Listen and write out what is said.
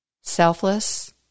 Selfless